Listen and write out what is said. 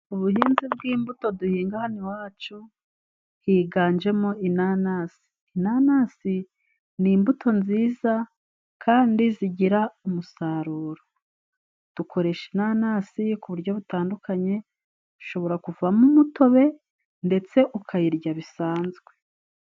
Ubuhinzi bw'imbuto duhinga hano iwacu, higanjemo inanasi. Inanasi ni imbuto nziza kandi zigira umusaruro, dukoresha inanasi ku buryo butandukanye, ushobora kuvamo umutobe ndetse ukayirya bisanzwe.